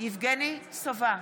יבגני סובה,